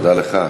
תודה לך.